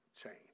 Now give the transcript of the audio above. change